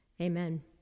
Amen